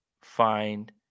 find